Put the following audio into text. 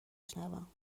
شنوم